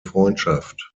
freundschaft